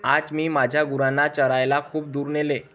आज मी माझ्या गुरांना चरायला खूप दूर नेले